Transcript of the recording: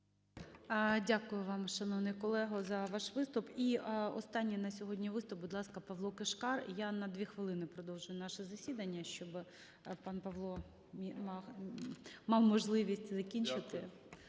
Дякую вам, шановний колего, за ваш виступ. І останній на сьогодні виступ. Будь ласка, Павло Кишкар. Я на 2 хвилини продовжую наше засідання, щоби пан Павло мав можливість закінчити,